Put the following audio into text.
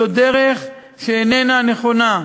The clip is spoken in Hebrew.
זו דרך שאיננה נכונה.